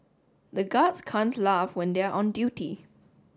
the guards can't laugh when they are on duty